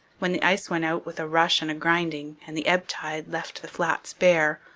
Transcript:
when the ice went out with a rush and a grinding, and the ebb tide left the flats bare,